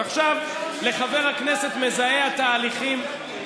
עכשיו לחבר הכנסת מזהה התהליכים,